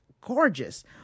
Gorgeous